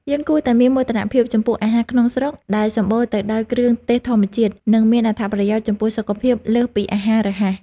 យើងគួរតែមានមោទនភាពចំពោះអាហារក្នុងស្រុកដែលសម្បូរទៅដោយគ្រឿងទេសធម្មជាតិ និងមានអត្ថប្រយោជន៍ចំពោះសុខភាពលើសពីអាហាររហ័ស។